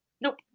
Nope